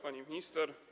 Pani Minister!